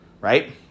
right